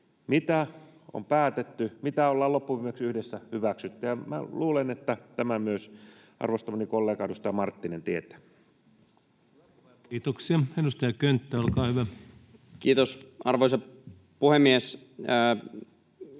mitä on päätetty, mitä ollaan loppuviimeksi yhdessä hyväksytty, ja minä luulen, että tämän myös arvostamani kollega, edustaja Marttinen, tietää. Kiitoksia. — Edustaja Könttä, olkaa hyvä. Kiitos, arvoisa puhemies!